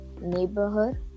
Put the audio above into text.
neighborhood